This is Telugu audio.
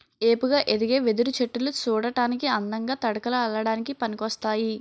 ఏపుగా ఎదిగే వెదురు చెట్టులు సూడటానికి అందంగా, తడకలు అల్లడానికి పనికోస్తాయి